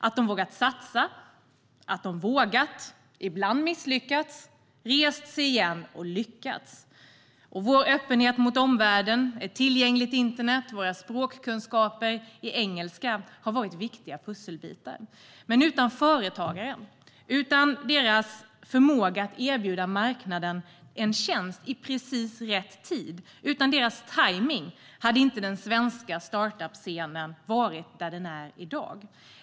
Entreprenörerna har vågat satsa, misslyckats ibland, rest sig igen och lyckats. Vår öppenhet mot omvärlden, ett tillgängligt internet och våra språkkunskaper i engelska har varit viktiga pusselbitar. Men utan företagarna och deras förmåga att erbjuda marknaden en tjänst i precis rätt tid - utan deras tajmning - hade den svenska startup-scenen inte varit där den är i dag.